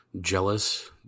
jealous